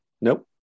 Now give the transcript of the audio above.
Nope